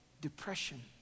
depression